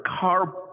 car